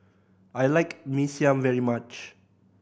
I like Mee Siam very much